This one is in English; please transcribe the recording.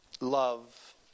love